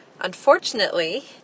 Unfortunately